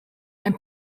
and